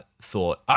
thought